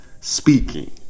speaking